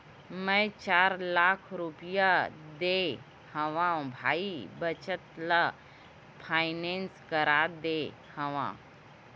मै चार लाख रुपया देय हव भाई बचत ल फायनेंस करा दे हँव